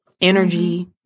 energy